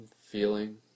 Feeling